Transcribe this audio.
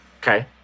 okay